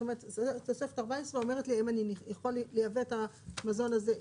זאת אומרת תוספת 14 אומרת אם אני יכול לייבא את המזון הזה,